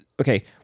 okay